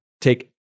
take